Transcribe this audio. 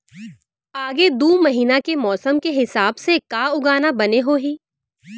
आगे दू महीना के मौसम के हिसाब से का उगाना बने होही?